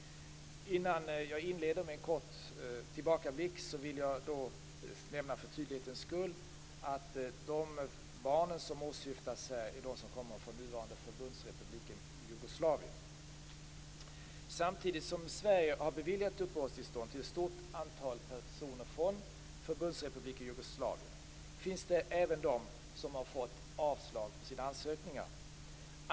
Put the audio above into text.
Innan jag inleder med en kort tillbakablick vill jag bara för tydlighetens skull nämna att jag utgår ifrån att Karin Israelsson i sina frågor syftar på barn som kommer från nuvarande Förbundsrepubliken Jugoslavien. Samtidigt som Sverige har beviljat uppehållstillstånd till ett stort antal personer från Förbundsrepubliken Jugoslavien finns det även de som har fått avslag på sina asylansökningar.